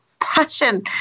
passion